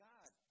God